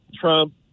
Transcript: trump